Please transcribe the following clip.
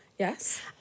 Yes